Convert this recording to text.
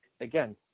again